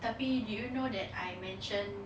tapi did you know that I mention